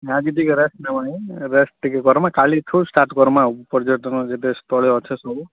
ନା ଆଜି ଟିକେ ରେଷ୍ଟ୍ ନେବାନୁ ରେଷ୍ଟ୍ ଟିକେ କର୍ମା କାଲିଠୁ ଷ୍ଟାର୍ଟ୍ କର୍ମା ଆଉ ପର୍ଯ୍ୟଟନ ଯେତେ ସ୍ଥଳୀ ଅଛି ସବୁ